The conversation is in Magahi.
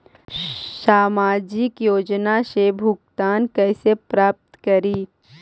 सामाजिक योजना से भुगतान कैसे प्राप्त करी?